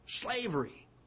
Slavery